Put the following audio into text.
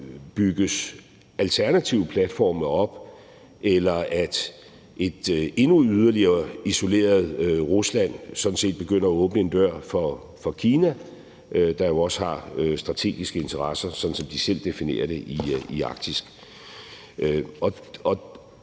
bygges alternative platforme op, eller at et endnu yderligere isoleret Rusland sådan set begynder at åbne en dør for Kina, der jo også har strategiske interesser, sådan som de selv definerer det, i Arktis.